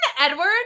Edward